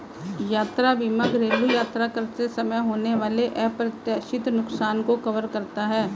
यात्रा बीमा घरेलू यात्रा करते समय होने वाले अप्रत्याशित नुकसान को कवर करता है